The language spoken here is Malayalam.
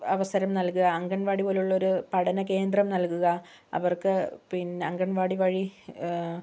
അവസരം നൽകുക അംഗൻവാടി പോലുള്ളൊരു പഠന കേന്ദ്രം നൽകുക അവർക്ക് പിൻ അംഗൻവാടി വഴി